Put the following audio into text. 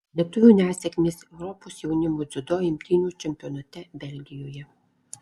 lietuvių nesėkmės europos jaunimo dziudo imtynių čempionate belgijoje